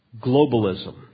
globalism